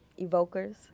Evokers